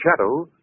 Shadow